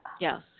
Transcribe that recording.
Yes